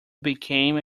became